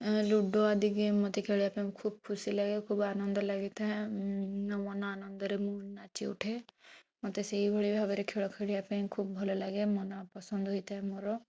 ଅ ଲୁଡୁ ଆଦି ଗେମ ମୋତେ ଖେଳିବାକୁ ଖୁବ ଖୁସି ଲାଗେ ଆଉ ଖୁବ ଆନନ୍ଦ ଲାଗିଥାଏ ଆଉ ମନ ଆନନ୍ଦରେ ମୁଁ ନାଚି ଉଠେ ମୋତେ ସେଇ ଭଳି ଭାବରେ ଖେଳ ଖେଳିବା ପାଇଁ ଖୁବ୍ ଭଲ ଲାଗେ ଆଉ ମନ ପସନ୍ଦ ହୋଇଥାଏ ମୋର